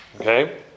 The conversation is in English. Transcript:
Okay